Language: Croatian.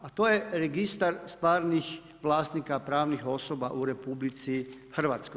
A to je registar stvarnih vlasnika, pravnih osoba u RH.